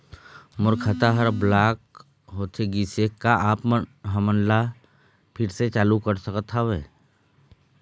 मोर खाता हर ब्लॉक होथे गिस हे, का आप हमन ओला फिर से चालू कर सकत हावे?